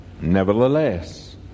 Nevertheless